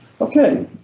Okay